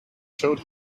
showed